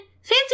Fancy